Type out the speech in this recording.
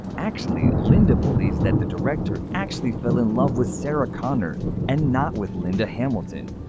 actually, linda believes that the director actually fell in love with sarah connor and not with linda hamilton.